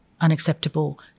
unacceptable